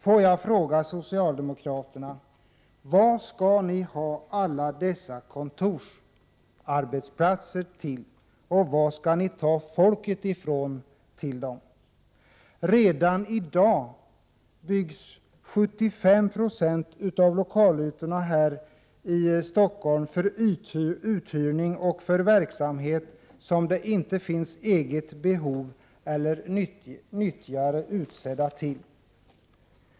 Får jag fråga socialdemokraterna: Vad skall ni ha alla dessa kontorsarbetsplatser till, och varifrån skall ni ta människorna till dem? Redan i dag byggs 75 90 av lokalytorna här i Stockholm för uthyrning och för verksamhet som det inte finns eget behov av eller till vilka nyttjare inte är utsedda.